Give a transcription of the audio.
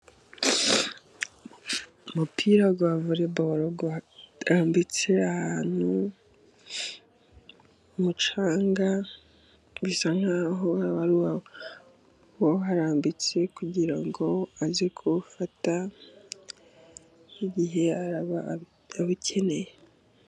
Umupira wa voleboro urambitse ahantu, umucanga bisa nk'aho hari uwawuharambitse kugira ngo aze kuwufata igihe araba awukeneye.